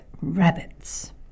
rabbits